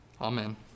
Amen